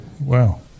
Wow